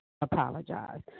apologize